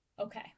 okay